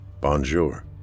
Bonjour